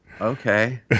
Okay